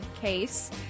case